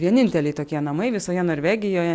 vieninteliai tokie namai visoje norvegijoje